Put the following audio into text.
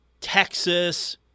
Texas –